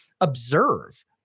observe